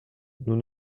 nous